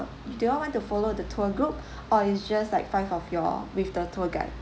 do you all want to follow the tour group or is just like five of you all with the tour guide